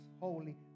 holy